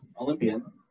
Olympian